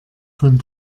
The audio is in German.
von